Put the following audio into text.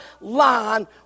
line